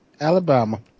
alabama